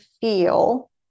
feel